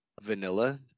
vanilla